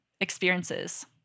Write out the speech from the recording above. experiences